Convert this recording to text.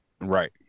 Right